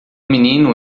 menino